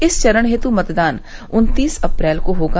इस चरण हेतु मतदान उन्तीस अप्रैल को होगा